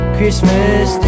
Christmas